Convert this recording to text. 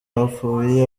hapfuye